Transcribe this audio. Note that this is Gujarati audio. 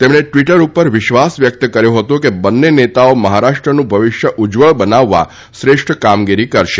તેમણે ટ્વીટર ઉપર વિશ્વાસ વ્યક્ત કર્યો હતો કે બંને નેતાઓ મહારાષ્ટ્રનું ભવિષ્ય ઉજ્જવળ બનાવવા શ્રેષ્ઠ કામગીરી કરશે